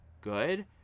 good